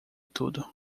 tudo